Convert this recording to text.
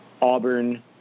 Auburn